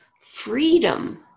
freedom